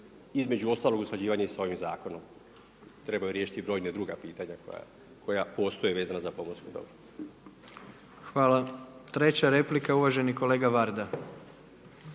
između ostalog i usklađivanje sa ovim zakonom trebaju riješiti brojna druga pitanja koja postoje vezana za pomorsko dobro. **Jandroković, Gordan (HDZ)** Hvala. Treća replika, uvaženi kolega Varda.